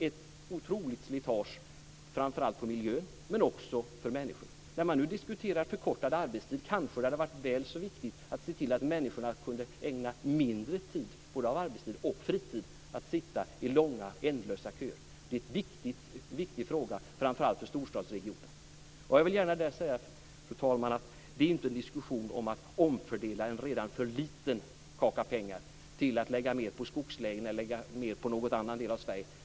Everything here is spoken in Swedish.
Ett otroligt slitage framför allt på miljön, men också på människor. När man nu diskuterar förkortad arbetstid så kanske det hade varit väl så viktigt att se till att människorna kunde ägna mindre tid - både av arbetstid och av fritid - åt att sitta i långa, ändlösa köer. Det är en viktig fråga, framför allt för storstadsregionerna. Fru talman! Detta är inte en diskussion om att omfördela en redan för liten kaka pengar och lägga mer på skogslänen eller på någon annan del av Sverige.